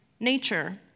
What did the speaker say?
nature